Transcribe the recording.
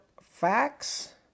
facts